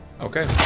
okay